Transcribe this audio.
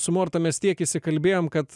su morta mes tiek įsikalbėjom kad